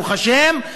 ברוך השם,